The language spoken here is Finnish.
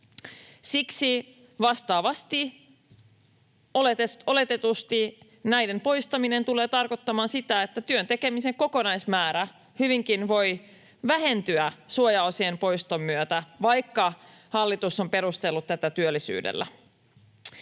Siksi vastaavasti oletetusti näiden poistaminen tulee tarkoittamaan sitä, että työn tekemisen kokonaismäärä hyvinkin voi vähentyä suojaosien poiston myötä, vaikka hallitus on perustellut tätä työllisyydellä.